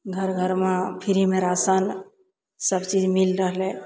घर घरमे फ्रीमे राशन सब चीज मिल रहलय